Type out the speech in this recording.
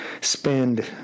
spend